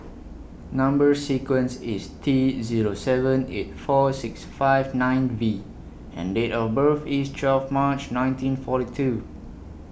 Number sequence IS T Zero seven eight four six five nine V and Date of birth IS twelve March nineteen forty two